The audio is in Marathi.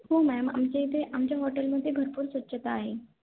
हो मॅम आमच्या इथे आमच्या हॉटेलमध्ये भरपूर स्वच्छता आहे